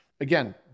Again